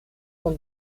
von